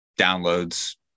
downloads